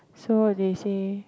so they say